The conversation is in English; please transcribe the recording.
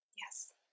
Yes